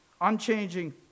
Unchanging